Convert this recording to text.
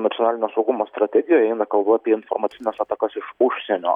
nacionalinio saugumo strategijoj eina kalba apie informacines atakas iš užsienio